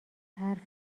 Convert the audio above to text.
حرف